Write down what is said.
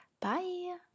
Bye